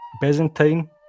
Byzantine